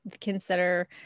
consider